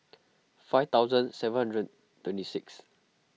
five thousand seven hundred twenty six